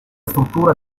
struttura